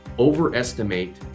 overestimate